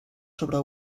sobre